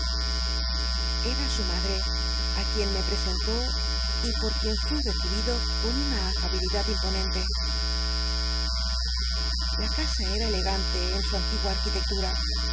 era su madre á quien me presentó y por uien fui recibido con una afabilidad imponente la casa era elegante en su antigua arquiteclura